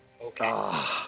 Okay